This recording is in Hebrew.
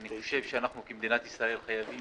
אני חושב שאנחנו כמדינת ישראל חייבים